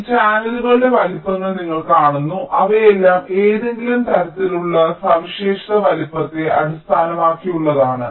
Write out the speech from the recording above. ഈ ചാനലുകളുടെ വലുപ്പങ്ങൾ നിങ്ങൾ കാണുന്നു അവയെല്ലാം ഏതെങ്കിലും തരത്തിലുള്ള സവിശേഷത വലുപ്പത്തെ അടിസ്ഥാനമാക്കിയുള്ളതാണ്